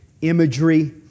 imagery